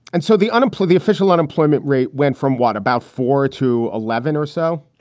and so the unemployed, the official unemployment rate went from, what, about four to eleven or so?